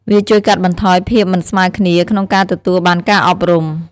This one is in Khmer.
វាជួយកាត់បន្ថយភាពមិនស្មើគ្នាក្នុងការទទួលបានការអប់រំ។